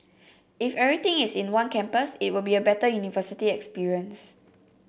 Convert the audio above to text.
if everything is in one campus it will be a better university experience